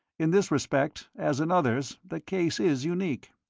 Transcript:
in this respect, as in others, the case is unique.